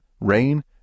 rain